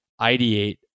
ideate